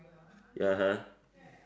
ya (uh huh)